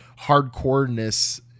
hardcore-ness